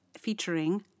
featuring